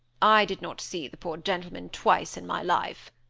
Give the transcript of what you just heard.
i did not see the poor gentleman twice in my life,